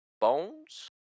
Bones